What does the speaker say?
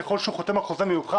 ככל שהוא חותם על חוזה מיוחד,